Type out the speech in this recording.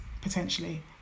potentially